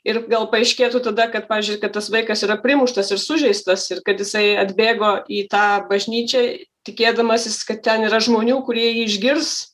ir gal paaiškėtų tada kad pavyzdžiui kad tas vaikas yra primuštas ir sužeistas ir kad jisai atbėgo į tą bažnyčią tikėdamasis kad ten yra žmonių kurie jį išgirs